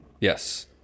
Yes